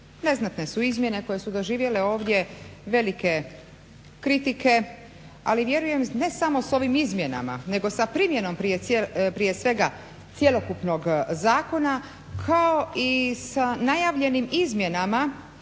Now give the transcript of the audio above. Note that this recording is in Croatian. Neznatne su izmjene koje su doživjele ovdje velike kritike, ali vjerujem ne samo s ovim izmjenama nego sa primjenom prije svega cjelokupnog zakona kao i sa najavljenim izmjenama